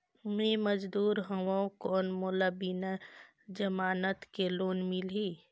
मे मजदूर हवं कौन मोला बिना जमानत के लोन मिलही?